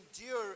endure